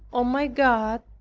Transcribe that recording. o my god,